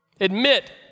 Admit